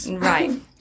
Right